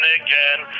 again